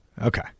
Okay